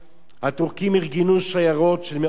הטורקים ארגנו שיירות של מאות אלפי